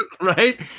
right